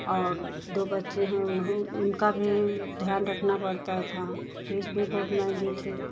और दो बच्चे हैं उन्हो उनका भी ध्यान रखना पड़ता था फीस भी बहुत महंगी थी